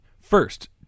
First